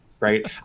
Right